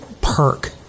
perk